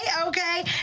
okay